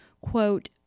quote